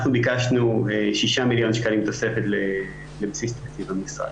6 מיליון שקלים תוספת לבסיס תקציב המשרד.